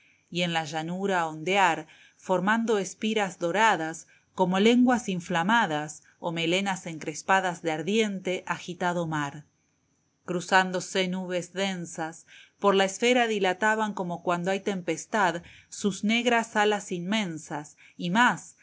y en la llanura ondear formando espiras doradas como lenguas inflamadas o melenas encrespadas de ardiente agitado mar cruzándose nubes densas por la esfera dilataban como cuando hay tempestad sus negras alas inmensas y más